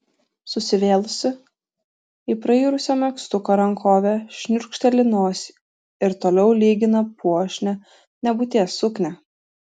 susivėlusi į prairusio megztuko rankovę šniurkšteli nosį ir toliau lygina puošnią nebūties suknią